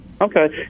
Okay